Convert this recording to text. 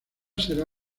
será